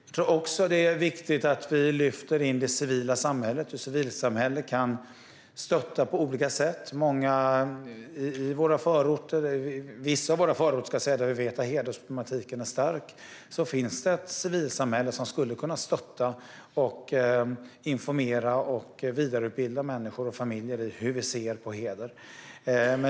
Jag tror också att det är viktigt att vi lyfter in det civila samhället. Civilsamhället kan stötta på olika sätt. I vissa av våra förorter där vi vet att hedersproblematiken är stor finns ett civilsamhälle som skulle kunna stötta, informera och vidareutbilda människor och familjer i hur vi ser på heder.